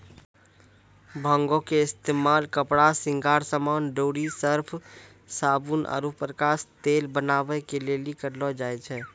भांगो के इस्तेमाल कपड़ा, श्रृंगार समान, डोरी, सर्फ, साबुन आरु प्रकाश तेल बनाबै के लेली करलो जाय छै